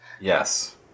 yes